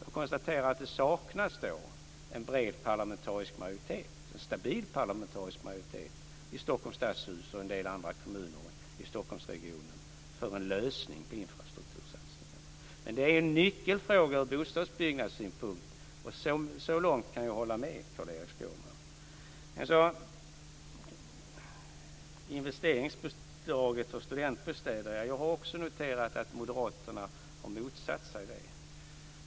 Jag konstaterar att det saknas en bred och stabil parlamentarisk majoritet i Stockholms stadshus och i en del kommuner i Stockholmsregionen för en lösning på infrastruktursatsningarna. Det här är en nyckelfråga från bostadsbyggnadssynpunkt. Så långt kan jag hålla med Carl-Erik Skårman. Jag har noterat att moderaterna har motsatt sig investeringsbidraget för studentbostäder.